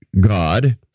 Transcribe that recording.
God